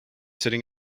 sitting